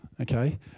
okay